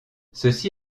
ceci